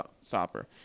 stopper